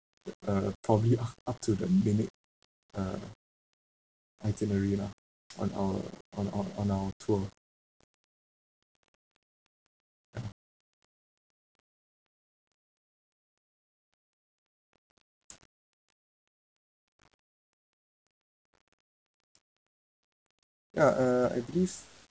uh probably up to the minute uh itinerary lah on our on on our tour ya uh I believe